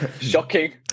Shocking